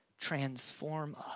Transform